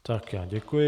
Tak, já děkuji.